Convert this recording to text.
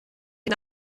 sie